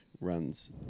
runs